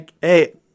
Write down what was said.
hey